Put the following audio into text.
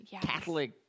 Catholic